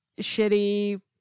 shitty